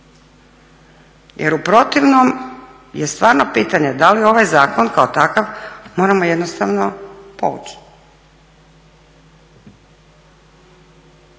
jer u protivnom je stvarno pitanje da li ovaj zakon kao takav moramo jednostavno povući.